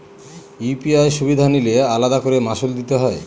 UPI সুবিধা নিলে আলাদা করে মাসুল দিতে হয়?